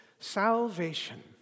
salvation